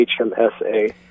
HMSA